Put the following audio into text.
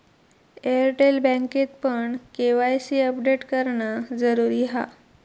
Airtel बँकेतपण KYC update करणा जरुरी हा